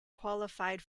qualified